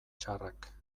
txarrak